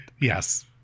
Yes